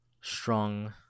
strong